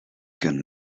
can